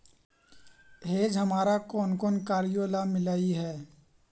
hedge हमारा कौन कौन कार्यों ला मिलई हे